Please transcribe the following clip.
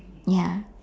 ya